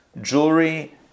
jewelry